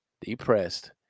Depressed